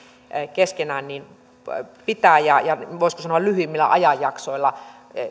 keskenään pitää ja ja voisiko sanoa lyhyemmillä ajanjaksoilla